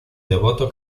devoto